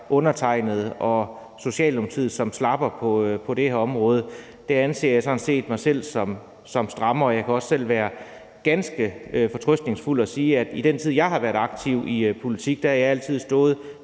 undertegnede og Socialdemokratiet som slappere på det her område. Der anser jeg sådan set mig selv som strammer, og jeg kan også selv være ganske fortrøstningsfuld og sige, at i den tid, jeg har været aktiv i politik, har jeg altid stået